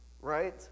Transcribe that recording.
right